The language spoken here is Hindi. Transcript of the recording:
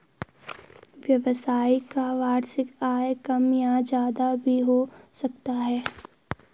व्यवसायियों का वार्षिक आय कम या ज्यादा भी हो सकता है